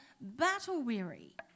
battle-weary